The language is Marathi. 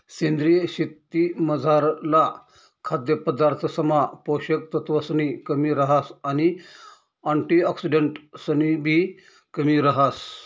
सेंद्रीय शेतीमझारला खाद्यपदार्थसमा पोषक तत्वसनी कमी रहास आणि अँटिऑक्सिडंट्सनीबी कमी रहास